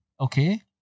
Okay